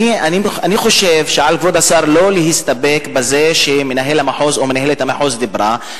אני חושב שעל כבוד השר לא להסתפק בזה שמנהל המחוז או מנהלת המחוז דיברו,